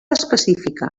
específica